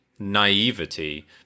Naivety